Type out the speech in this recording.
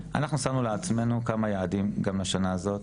אז אנחנו שמנו לעצמינו כמה יעדים גם השנה הזאת